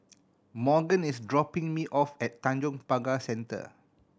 Morgan is dropping me off at Tanjong Pagar Centre